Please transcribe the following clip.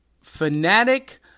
fanatic